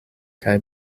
kaj